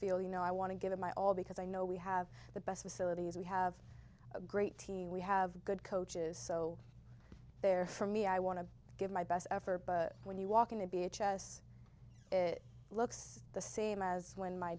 field you know i want to give it my all because i know we have the best facilities we have a great team we have good coaches so there for me i want to give my best effort when you walk in to be a chess it looks the same as when my